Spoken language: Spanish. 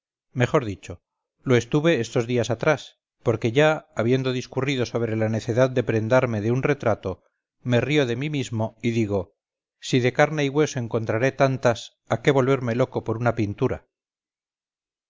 mejor dicho lo estuve estos días atrás porque ya habiendo discurrido sobre la necedad de prendarme de un retrato me río de mí mismo y digo si de carne y hueso encontraré tantas a qué volverme loco por una pintura